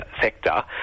sector